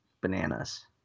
bananas